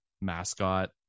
mascot